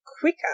quicker